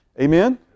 Amen